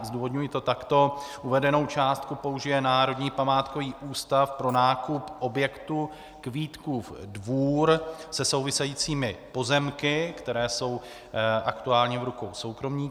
Zdůvodňuji to takto: Uvedenou částku použije Národní památkový ústav pro nákup objektu Kvítkův Dvůr se souvisejícími pozemky, které jsou aktuálně v rukou soukromníka.